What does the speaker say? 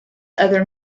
other